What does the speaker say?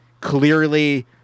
clearly